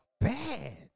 bad